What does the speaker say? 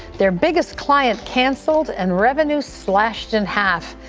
their biggest client canceled and revenue slashed in half.